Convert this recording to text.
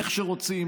איך שרוצים,